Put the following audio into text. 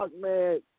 man